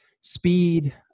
speed